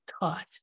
taught